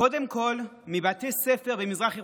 קודם כול מבתי ספר במזרח ירושלים,